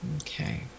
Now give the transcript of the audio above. Okay